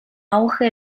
auge